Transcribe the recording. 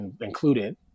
included